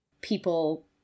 people